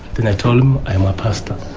then i told him, i am a pastor.